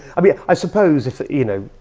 i mean, i suppose if, you know,